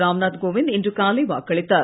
ராம்நாத் கோவிந்த் இன்று காலை வாக்களித்தார்